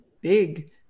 big